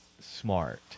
smart